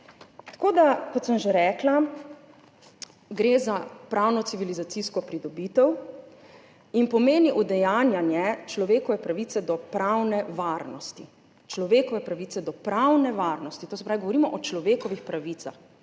naroku. Kot sem že rekla, gre za pravno-civilizacijsko pridobitev in pomeni udejanjanje človekove pravice do pravne varnosti. Človekove pravice do pravne varnosti. To se pravi, govorimo o človekovih pravicah,